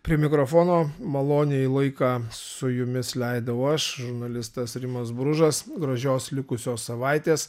prie mikrofono maloniai laiką su jumis leidau aš žurnalistas rimas bružas gražios likusios savaitės